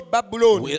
Babylon